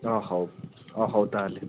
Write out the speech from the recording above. ହଁ ହଉ ହଁ ହଉ ତା'ହେଲେ